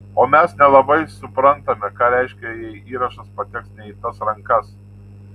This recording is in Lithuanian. o mes nelabai suprantame ką reiškia jei įrašas pateks ne į tas rankas